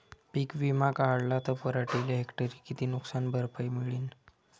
पीक विमा काढला त पराटीले हेक्टरी किती नुकसान भरपाई मिळीनं?